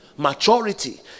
Maturity